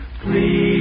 please